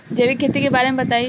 जैविक खेती के बारे में बताइ